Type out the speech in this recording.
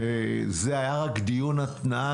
עכשיו היה רק דיון התנעה.